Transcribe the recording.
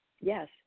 Yes